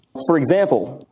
for example,